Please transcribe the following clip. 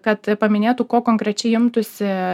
kad paminėtų ko konkrečiai imtųsi